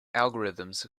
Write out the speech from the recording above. algorithms